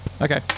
Okay